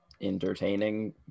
entertaining